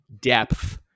depth